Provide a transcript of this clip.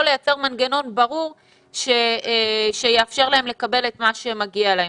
לייצג מנגנון ברור שיאפשר להן לקבל את מה שמגיע להן?